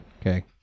okay